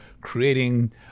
creating